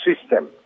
system